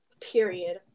period